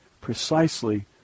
precisely